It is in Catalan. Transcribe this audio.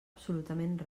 absolutament